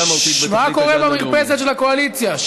מה קורה במרפסת של הקואליציה?